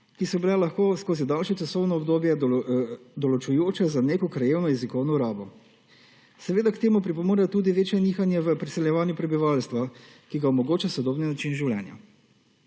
ki so bile lahko skozi daljše časovno obdobje določujoče za neko krajevno jezikovno rabo. Seveda k temu pripomorejo tudi večja nihanja v priseljevanju prebivalstva, ki ga omogoča sodobni način življenja.